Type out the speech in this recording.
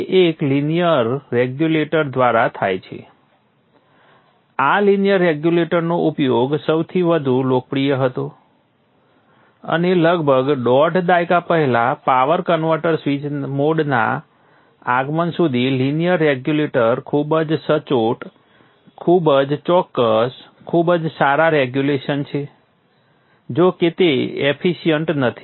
તે એક linear regulator દ્વારા થાય છે આ લીનિયર રેગ્યુલેટરનો ઉપયોગ સૌથી વધુ લોકપ્રિય હતો અને લગભગ દોઢ દાયકા પહેલા પાવર કન્વર્ટર સ્વિચ મોડના આગમન સુધી લીનિયર રેગ્યુલેટર ખૂબ જ સચોટ ખૂબ જ ચોક્કસ ખૂબ સારા રેગુલેશન છે જો કે તે એફિશન્ટ નથી